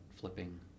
flipping